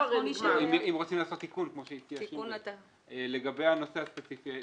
אם רוצים לעשות תיקון כמו שהציע שימרית שקד לגבי הנושא הספציפי,